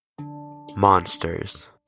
Monsters